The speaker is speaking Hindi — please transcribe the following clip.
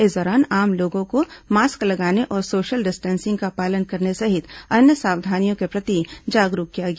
इस दौरान आम लोगों को मास्क लगाने और सोशल डिस्टेसिंग का पालन करने सहित अन्य सावधानियों के प्रति जागरूक किया गया